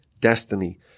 destiny